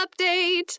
update